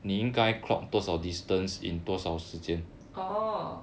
orh